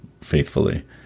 faithfully